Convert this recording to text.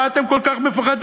מה אתם כל כך מפחדים?